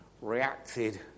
reacted